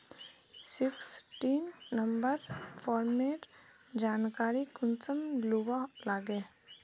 Sixteen number farmer जानकारी कुंसम लुबा लागे?